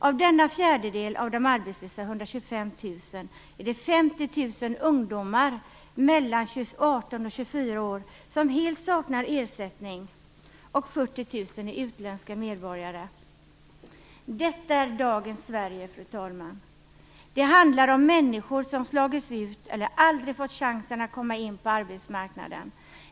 Av denna fjärdedel av de arbetslösa, 125 000, är det 50 000 ungdomar mellan 18 och 24 år som helt saknar ersättning, och 40 000 är utländska medborgare. Detta är dagens Sverige, fru talman. Det handlar om människor som slagits ut eller aldrig fått chansen att komma in på arbetsmarknaden.